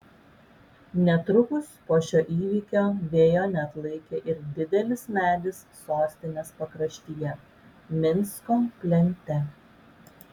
netrukus po šio įvykio vėjo neatlaikė ir didelis medis sostinės pakraštyje minsko plente